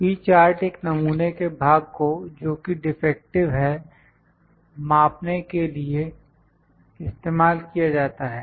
P chart एक नमूने के भाग को जो कि डिफेक्टिव है मापने के लिए इस्तेमाल किया जाता है